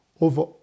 over